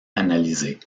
analysée